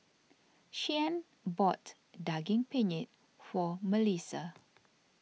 Shyann bought Daging Penyet for Malissa